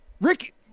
Rick